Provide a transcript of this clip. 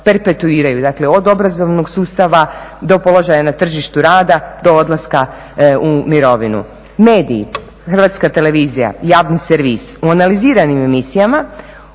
perpetuiraju, dakle od obrazovnog sustava do položaja na tržištu rada, do odlaska u mirovinu. Mediji, HT, javni servis u analiziranim emisijama,